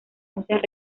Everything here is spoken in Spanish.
muchas